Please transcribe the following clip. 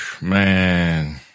Man